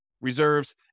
reserves